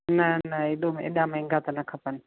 न न एॾो एॾा महांगा त न खपनि